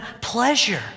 pleasure